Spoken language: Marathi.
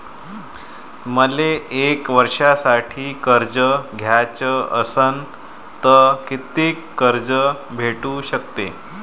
मले एक वर्षासाठी कर्ज घ्याचं असनं त कितीक कर्ज भेटू शकते?